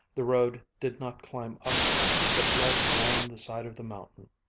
the road did not climb up now, but led along the side of the mountain.